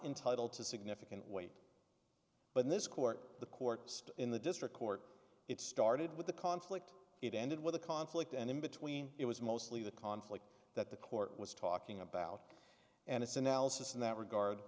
entitled to significant weight but this court the court just in the district court it started with the conflict it ended with a conflict and in between it was mostly the conflict that the court was talking about and its analysis in that regard